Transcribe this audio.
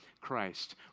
Christ